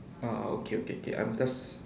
ah okay okay okay I'm just